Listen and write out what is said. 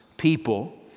people